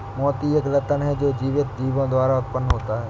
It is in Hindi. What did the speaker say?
मोती एक रत्न है जो जीवित जीवों द्वारा उत्पन्न होता है